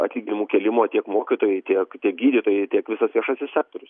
atlyginimų kėlimo tiek mokytojai tiek tiek gydytojai tiek visas viešasis sektorius